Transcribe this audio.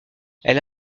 elle